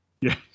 yes